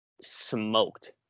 smoked